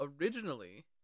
Originally